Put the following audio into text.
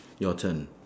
your turn